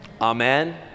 Amen